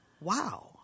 wow